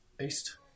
East